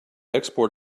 export